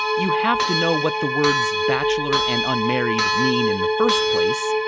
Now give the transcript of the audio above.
you have to know what the words bachelor and unmarried mean in the first place.